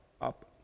up